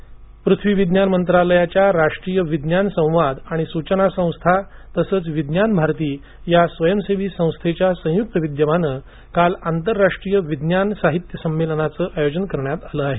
विज्ञान साहित्य उत्सव पृथ्वी विज्ञान मंत्रालयाच्या राष्ट्रीय विज्ञान संवाद आणि सूचना संस्था तसंच विज्ञान भारती या स्वयंसेवी संस्थेच्या संयुक्त विद्यमाने काल आंतरराष्ट्रीय विज्ञान साहित्य उत्सवाचे आयोजन करण्यात आलं आहे